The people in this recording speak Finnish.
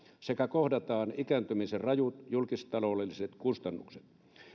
sekä kohdataan ikääntymisen rajut julkistaloudelliset kustannukset